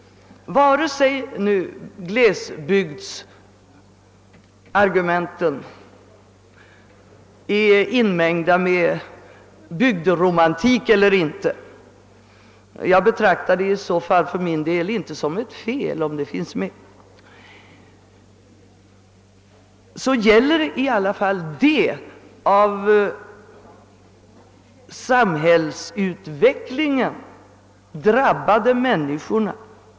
Vare sig glesbygdsargumenten är inmängda med bygderomantik eller inte — jag betraktar det i så fall för min del inte som ett fel om de argumenten finns med i bilden — gäller det i alla fall de av samhällsutvecklingen drabbade människorna.